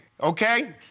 Okay